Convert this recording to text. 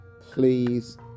please